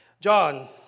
John